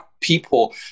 people